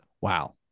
Wow